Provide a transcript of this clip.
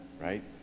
right